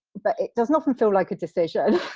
but it doesn't often feel like a decision